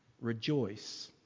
Rejoice